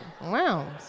Wow